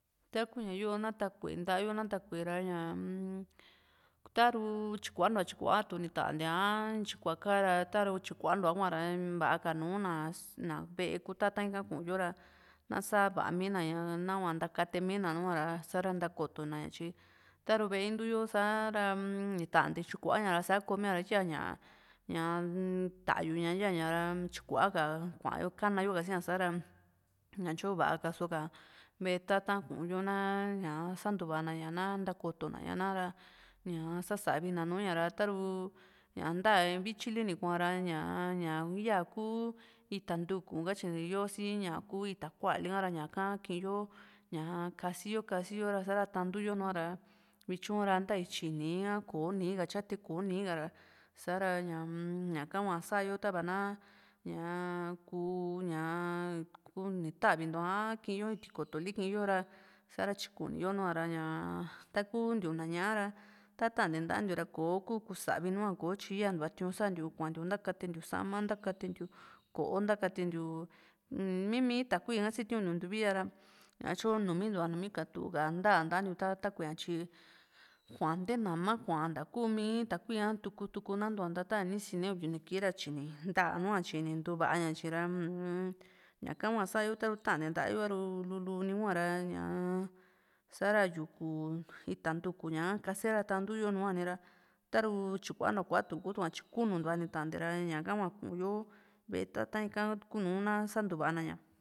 Takuya yoo na takue taayo takue ra yaam taruu chikuana chikuatu nitania a chikuva kaa taru chikua tukuaa kuvara va'aka nuna ss naa ve'e kutata ika kuuo ra naa savamina nua takatie mina nu'ua ra saara takotuna chi taru ve'e intuyo sara nitanu nita xikuara sakomia ra yieña tayuyara, yieña ra chikuaka kuao kanayoka xiiya ra tachiñu vaaka suuka, ve'e tata kuyuo naa ya'a satuvana yaa naa takotonaya naa ra ñaa sasavina nuuña ra taru ñia tae vichili nukua ra ñaa ya yio kuu itaa tuku kachi yuvasii ya kui ita kualika ra aka kiyo, yaja kasio, kasio ra saara tatuyo nujua ra vichu ra taichi niji kaa a koo niji kaa, chia ta koo niji kara saara ñia, yaka kua saayo tavana ñaa kuu ñaa kuni tavintu a kuyo i'i tikotoli kiiyo ra saara chikuniyo nujua ra yaa taku ntiu naa ña'a ra, ta tantia ntantu ra koku savi nujua ra koku chi yoi tiku tiñu santu kuantu takatiantu saama takatiantu ko'o, takatiantu, mi mi taa kuña siitu nuu tikuiya ra a chiñu numintu, numikatu taa tantu ta kuea chi kua tee naama kua takuumi kuia tuku, tuku a tuva tataa tixini uni uni kiji ra chini ta'a nua chi tuvaya chinira unn yaka kua saayo taku taate taayo ru lulu nivua ra yaa saara yuku ita ntuku ñaa kaseo ra tuyuo nuani ra taru chikua nuu kuatu tuku kutukua chi kunu tikua nitantea ra yaka kua kuuñuo ve'e tata ika tukunu naa santuvaa naña.